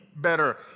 better